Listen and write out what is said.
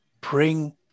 bring